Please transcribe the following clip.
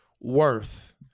worth